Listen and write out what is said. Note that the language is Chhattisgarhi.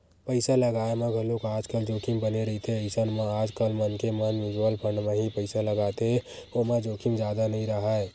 पइसा लगाय म घलोक आजकल जोखिम बने रहिथे अइसन म आजकल मनखे मन म्युचुअल फंड म ही पइसा लगाथे ओमा जोखिम जादा नइ राहय